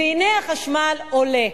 והנה מחיר החשמל עולה.